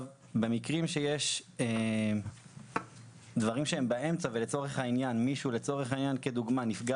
במקרים שיש דברים שהם באמצע ולצורך הענין מישהו כדוגמה נפגע